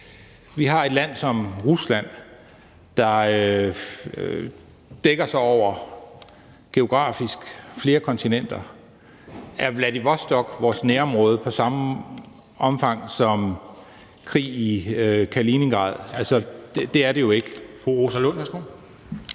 vi har et land som Rusland, der geografisk breder sig over flere kontinenter. Er Vladivostok vores nærområde i samme omfang som Kaliningrad i tilfælde af krig